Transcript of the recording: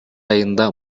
айында